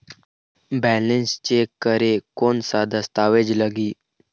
Balance check करें कोन सा दस्तावेज लगी?